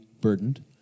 burdened